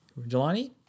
Jelani